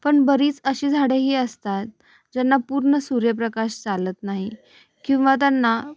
पण बरीच अशी झाडेही असतात ज्यांना पूर्ण सूर्यप्रकाश चालत नाही किंवा त्यांना